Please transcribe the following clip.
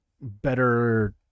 better